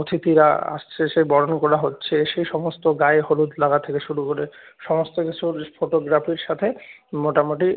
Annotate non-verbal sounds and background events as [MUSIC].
অতিথিরা আসছে এসে বরণ করা হচ্ছে সেসমস্ত গায়ে হলুদ লাগা থেকে শুরু করে সমস্ত কিছুর [UNINTELLIGIBLE] ফটোগ্রাফির সাথে মোটামুটি